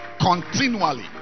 continually